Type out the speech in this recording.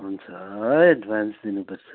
हुन्छ एडभान्स दिनुपर्छ